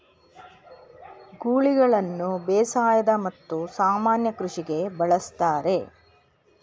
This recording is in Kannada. ಗೂಳಿಗಳನ್ನು ಬೇಸಾಯದ ಮತ್ತು ಸಾಮಾನ್ಯ ಕೃಷಿಗೆ ಬಳಸ್ತರೆ